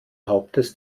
hauptes